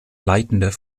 leitender